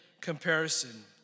comparison